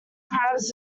crabs